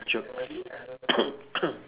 jerk